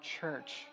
church